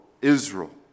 Israel